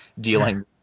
dealing